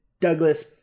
douglas